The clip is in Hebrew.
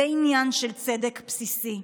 זה עניין של צדק בסיסי.